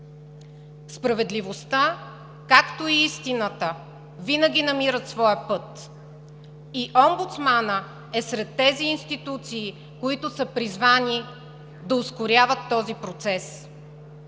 Справедливостта, както и истината винаги намират своя път и Омбудсманът е сред тези институции, които са призвани да ускоряват този процес.